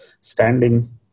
standing